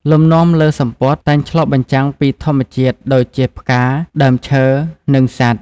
លំនាំលើសំពត់តែងឆ្លុះបញ្ចាំងពីធម្មជាតិដូចជាផ្កា ដើមឈើ និងសត្វ។